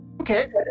Okay